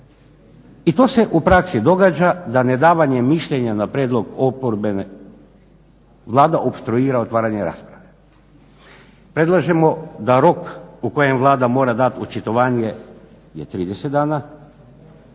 I to se u praksi događa da ne davanje mišljenja na prijedlog oporbene Vlada opstruira otvaranje rasprave. Predlažemo da rok u kojem Vlada mora dat očitovanje je trideset